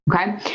Okay